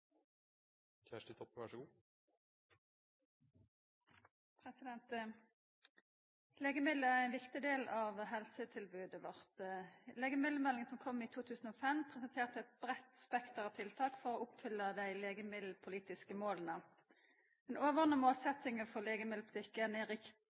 ein viktig del av helsetilbodet vårt. Legemiddelmeldinga som kom i 2005, presenterte eit breitt spekter av tiltak for å oppfylla dei legemiddelpolitiske måla. Den